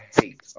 hate